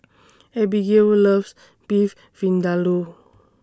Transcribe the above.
Abbigail loves Beef Vindaloo